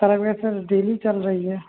तरवया sir daily चल रही है